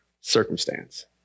circumstance